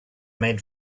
made